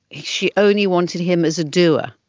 she only wanted him as a doer,